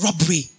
robbery